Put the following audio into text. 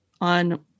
on